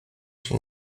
się